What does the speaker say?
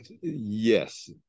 yes